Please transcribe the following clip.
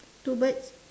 two birds